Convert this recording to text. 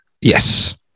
Yes